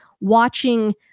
watching